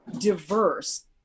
diverse